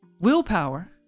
willpower